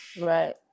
right